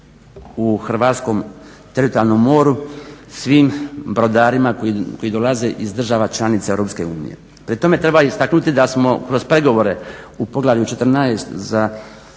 u hrvatskom teritorijalnom moru svim brodarima koji dolaze iz država članica EU. Pri tome treba istaknuti da smo kroz pregovore u poglavlju 14.u